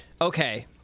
Okay